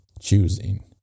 choosing